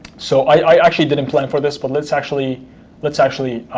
so i actually didn't plan for this, but let's actually let's actually